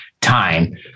time